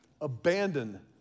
Abandon